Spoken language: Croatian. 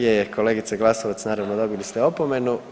Je, je, kolegice Glasovac naravno dobili ste opomenu.